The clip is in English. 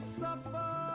suffer